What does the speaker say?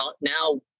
now